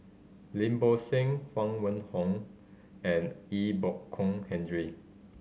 Lim Bo Seng Huang Wenhong and Ee Bo Kong Henry